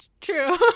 true